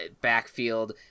backfield